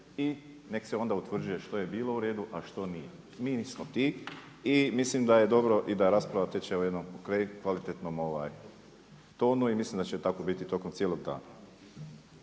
i nek se onda utvrđuje što je bilo uredu, a što nije. Mi nismo ti i mislim da je dobro i da rasprava teče u jednom kvalitetnom tonu i mislim da će tako biti tokom cijelog dana.